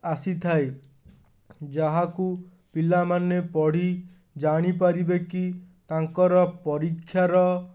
ଆସିଥାଏ ଯାହାକୁ ପିଲାମାନେ ପଢ଼ି ଜାଣିପାରିବେ କି ତାଙ୍କର ପରୀକ୍ଷାର